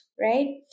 right